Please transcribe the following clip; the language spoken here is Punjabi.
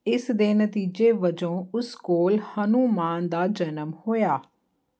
ਇਸ ਦੇ ਨਤੀਜੇ ਵਜੋਂ ਉਸ ਕੋਲ ਹਨੂੰਮਾਨ ਦਾ ਜਨਮ ਹੋਇਆ